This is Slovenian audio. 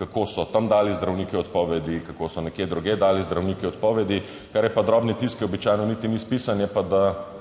kako so tam dali zdravniki odpovedi, kako so nekje drugje dali zdravniki odpovedi. Kar je pa drobni tisk, ki običajno niti ni spisan, je pa, da